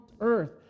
earth